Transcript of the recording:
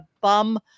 bum